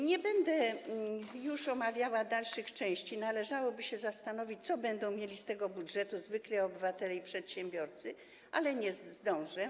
Nie będę już omawiała dalszych części, należałoby się zastanowić, co będą mieli z tego budżetu zwykli obywatele i przedsiębiorcy, ale nie zdążę.